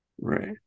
right